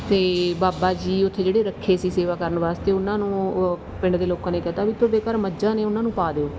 ਅਤੇ ਬਾਬਾ ਜੀ ਉੱਥੇ ਜਿਹੜੇ ਰੱਖੇ ਸੀ ਸੇਵਾ ਕਰਨ ਵਾਸਤੇ ਉਹਨਾਂ ਨੂੰ ਪਿੰਡ ਦੇ ਲੋਕਾਂ ਨੇ ਕਹਿ ਤਾ ਵੀ ਤੁਹਾਡੇ ਘਰ ਮੱਝਾਂ ਨੇ ਉਹਨਾਂ ਨੂੰ ਪਾ ਦਿਓ